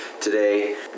today